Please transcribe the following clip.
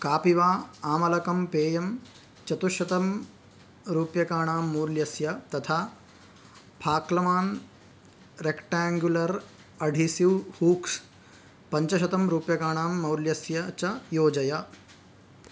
कापिवा आमलकं पेयं चतुश्शतं रूप्यकाणां मूल्यस्य तथा फाक्कल्मान् रेक्टाङ्ग्युलर् अढीसिव् हूक्स् पञ्चशतं रूप्यकाणां मौल्यस्य च योजय